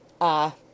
Ah